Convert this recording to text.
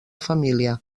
família